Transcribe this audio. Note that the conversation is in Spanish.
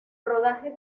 rodaje